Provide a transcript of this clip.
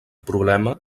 problema